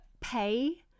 pay